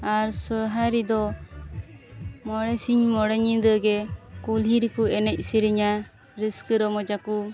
ᱟᱨ ᱥᱚᱨᱦᱟᱭ ᱨᱮᱫᱚ ᱢᱚᱬᱮ ᱥᱤᱧ ᱢᱚᱬᱮ ᱧᱤᱫᱟᱹ ᱜᱮ ᱠᱩᱞᱦᱤ ᱨᱮᱠᱚ ᱮᱱᱮᱡ ᱥᱤᱨᱤᱧᱟ ᱨᱟᱹᱥᱠᱟᱹ ᱨᱚᱢᱚᱡᱽ ᱟᱠᱚ